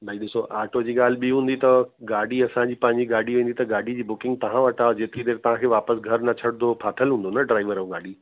भाई ॾिसो ऑटो जी ॻाल्हि बि हूंदी अथव गाॾी असांजी पंहिंजी गाॾी वेंदी त गाॾी जी बुकिंग तव्हां वटा जेतिरी देरि तव्हांखे वापिसि घर न छॾदो फाथल हूंदो न ड्राइवर ऐं गाॾी